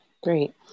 Great